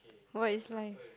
what is life